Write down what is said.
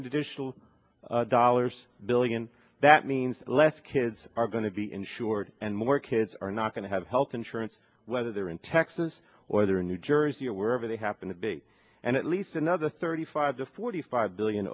additional dollars billion that means less kids are going to be insured and more kids are not going to have health insurance whether they're in texas or they're in new jersey or wherever they happen to be and at least another thirty five to forty five billion